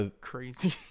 crazy